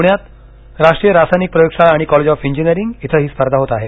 पुण्यात राष्ट्रीय रासायनिक प्रयोगशाळा आणि कॉलेज ओफ इंजिनीअरिंग इथं ही स्पर्धा होत आहे